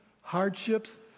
hardships